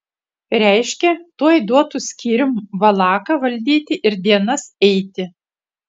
reiškia tuoj duotų skyrium valaką valdyti ir dienas eiti